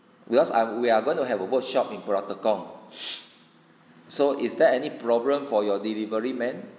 because ah we are going to have a workshop in pulau tekong so is there any problem for your delivery man